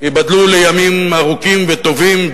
ייבדלו לימים ארוכים וטובים,